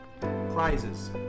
Prizes –